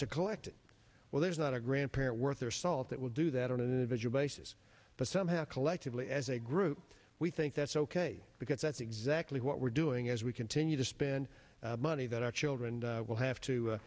to collect it well there's not a grandparent worth their salt that would do that on an individual basis but somehow collectively as a group we think that's ok because that's exactly what we're doing as we continue to spend money that our children will have to